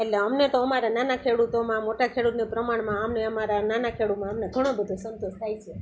એટલે અમને તો અમારા નાના ખેડૂતોમાં મોટા ખેડૂતનું પ્રમાણમાં અમને અમારા નાના ખેડૂમાં અમને ઘણો બધો સંતોષ થાય છે